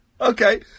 Okay